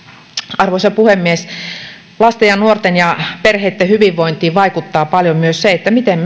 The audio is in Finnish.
arvoisa puhemies lasten ja nuorten ja perheitten hyvinvointiin vaikuttaa paljon myös se miten